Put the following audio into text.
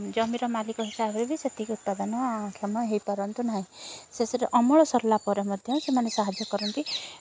ଜମିର ମାଲିକ ହିସାବରେ ବି ସେତିକି ଉତ୍ପାଦନକ୍ଷମ ହୋଇପାରନ୍ତୁ ନାହିଁ ଶେଷରେ ଅମଳ ସରିଲା ପରେ ମଧ୍ୟ ସେମାନେ ସାହାଯ୍ୟ କରନ୍ତି